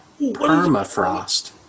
Permafrost